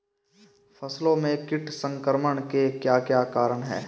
फसलों में कीट संक्रमण के क्या क्या कारण है?